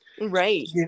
Right